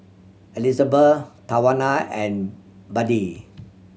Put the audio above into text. Elisabeth Tawanna and Buddie